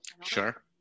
sure